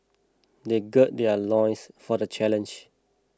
they gird their loins for the challenge